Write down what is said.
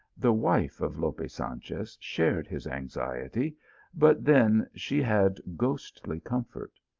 the wife of lope sanchez shared his anxiety but then she had ghostly comfort.